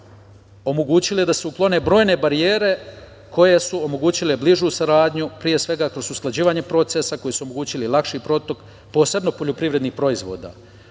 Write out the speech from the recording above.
omogućile da se otklone brojne barijere koje su omogućile bližu saradnju, pre svega kroz usklađivanje procesa koji su omogućili lakši protok, posebno poljoprivrednih proizvoda